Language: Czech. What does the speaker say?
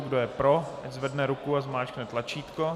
Kdo je pro, ať zvedne ruku a zmáčkne tlačítko.